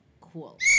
Cool